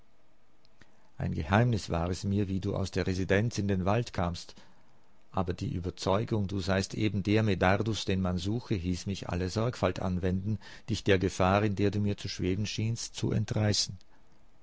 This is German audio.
ein geheimnis war es mir wie du aus der residenz in den wald kamst aber die überzeugung du seist eben der medardus den man suche hieß mich alle sorgfalt anwenden dich der gefahr in der du mir zu schweben schienst zu entreißen